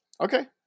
Okay